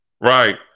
Right